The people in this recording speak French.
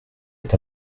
est